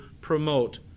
promote